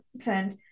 content